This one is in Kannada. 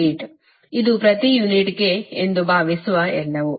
8 ಇದು ಪ್ರತಿ ಯೂನಿಟ್ಗೆ ಎಂದು ಭಾವಿಸುವ ಎಲ್ಲವೂ